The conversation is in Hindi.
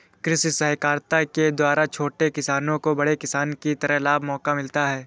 कृषि सहकारिता के द्वारा छोटे किसानों को बड़े किसानों की तरह लाभ का मौका मिलता है